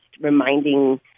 reminding